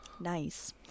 Nice